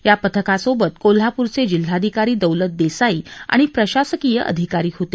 या पथकासोबत कोल्हाप्रचे जिल्हाधिकारी दौलत देसाई आणि प्रशासकीय अधिकारी होते